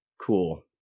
cool